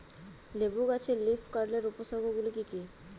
লেবু গাছে লীফকার্লের উপসর্গ গুলি কি কী?